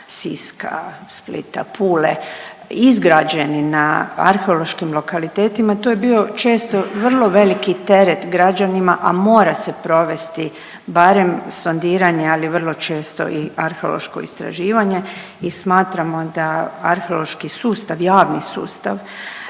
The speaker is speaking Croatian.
Siska, Splita, Pule izgrađeni na arheološkim lokalitetima to je bio često vrlo veliki teret građanima, a mora se provesti barem sondiranje, ali vrlo često i arheološko istraživanje i smatramo da arheološki sustav, javni sustav